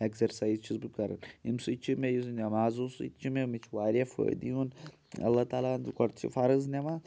exercise چھُس بہٕ کَران ییٚمہِ سۭتۍ چھِ مےٚ یُس نٮ۪مازو سۭتۍ چھِ مےٚ مےٚ چھِ واریاہ فٲیِدٕ یِوان اللہ تعالیٰ ہَن دوٚپ گۄڈٕ چھِ فرض نٮ۪ماز